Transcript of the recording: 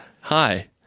Hi